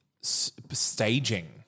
staging